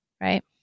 right